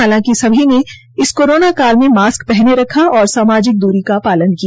हालांकि सभी ने इस कोरोना काल में मास्क पहने रखा व सामाजिक दूरी का पालन किया